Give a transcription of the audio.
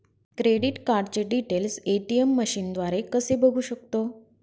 Credit कार्डचे details ATM मशीनद्वारे कसे बघू शकतो?